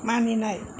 मानिनाय